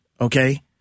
Okay